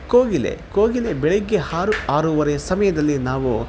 ಕೋಗಿಲೆ ಕೋಗಿಲೆ ಬೆಳಗ್ಗೆ ಆರು ಆರುವರೆ ಸಮಯದಲ್ಲಿ ನಾವು